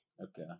Okay